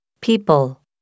people